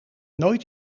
nooit